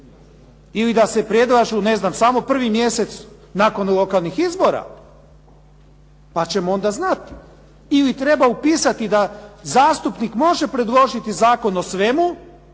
ili da se predlažu ne znam samo 1. mjesec nakon lokalnih izbora pa ćemo onda znati. Ili treba upisati da zastupnik može predložiti zakon o svemu